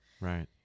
Right